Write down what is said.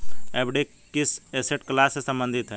FD किस asset class से संबंधित है?